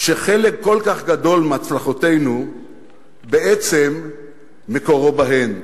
שחלק כל כך גדול מהצלחותינו בעצם מקורו בהן,